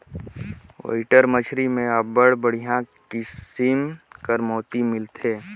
oyster मछरी में अब्बड़ बड़िहा किसिम कर मोती मिलथे